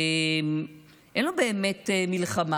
אין לו באמת מלחמה.